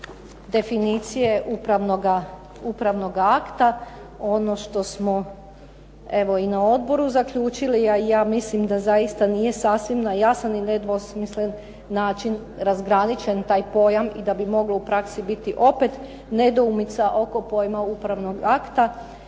definicije upravnoga akta, ono što smo evo i na odboru zaključili, ja mislim da zaista nije sasvim na jasan i nedvosmislen način razgraničen taj pojam i da bi moglo u praksi biti opet nedoumica oko pojma upravnog akta